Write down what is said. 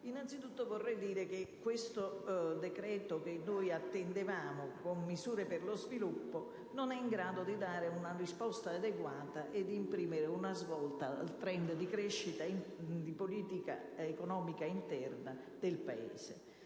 agli atti. Questo decreto-legge, che noi attendevamo con misure per lo sviluppo, non è in grado di dare una risposta adeguata ed imprimere una svolta al *trend* di crescita di politica economica interna del Paese.